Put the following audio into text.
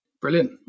Brilliant